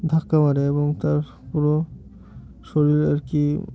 ধাক্কা মারে এবং তার পুরো শরীর আর কি